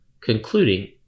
concluding